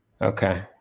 Okay